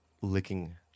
licking